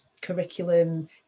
curriculum